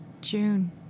June